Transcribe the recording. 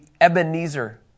Ebenezer